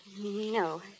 no